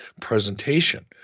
presentation